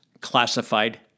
classified